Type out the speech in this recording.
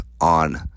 on